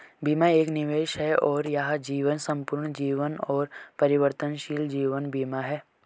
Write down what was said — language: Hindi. बीमा एक निवेश है और यह जीवन, संपूर्ण जीवन और परिवर्तनशील जीवन बीमा है